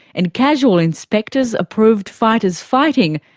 and casual inspectors approved fighters fighting,